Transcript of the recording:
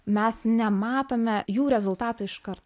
mes nematome jų rezultatų iš kart